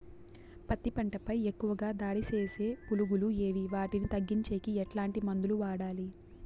పత్తి పంట పై ఎక్కువగా దాడి సేసే పులుగులు ఏవి వాటిని తగ్గించేకి ఎట్లాంటి మందులు వాడాలి?